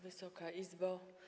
Wysoka Izbo!